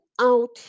out